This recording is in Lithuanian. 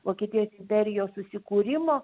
vokietijos imperijos susikūrimo